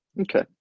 Okay